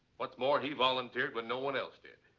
what's more, he volunteered when no one else did.